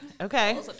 Okay